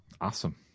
Awesome